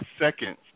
seconds